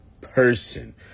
person